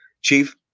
chief